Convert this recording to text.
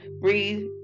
breathe